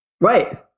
Right